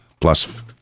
plus